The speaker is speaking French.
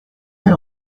elle